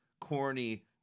corny